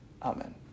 Amen